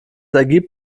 ergibt